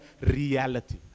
reality